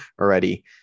already